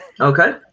Okay